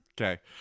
Okay